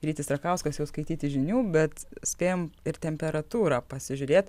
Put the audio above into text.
rytis račkauskas jau skaityti žinių bet spėjom ir temperatūrą pasižiūrėt